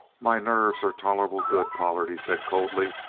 my nerves are tolerable good, pollard, he said coldly.